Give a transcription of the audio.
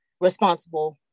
responsible